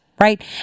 right